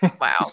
Wow